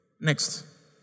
Next